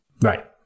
Right